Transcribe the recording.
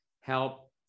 help